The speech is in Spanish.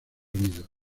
unidos